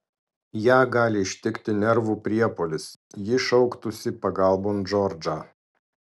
ją gali ištikti nervų priepuolis ji šauktųsi pagalbon džordžą